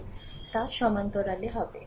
তা সমান্তরালে হবে